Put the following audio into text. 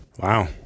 Wow